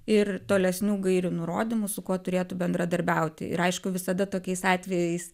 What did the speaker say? ir tolesnių gairių nurodymų su kuo turėtų bendradarbiauti ir aišku visada tokiais atvejais